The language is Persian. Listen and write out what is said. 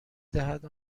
دهد